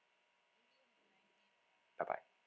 bye bye